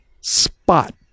spot